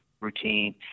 routine